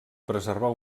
preservar